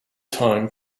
time